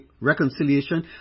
reconciliation